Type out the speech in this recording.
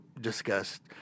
discussed